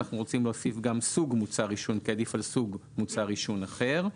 אנחנו רוצים להוסיף גם: "סוג מוצר עישון כעדיף על סוג מוצר עישון אחר".